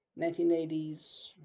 1980s